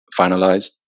finalized